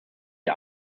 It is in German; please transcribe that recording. die